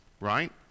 Right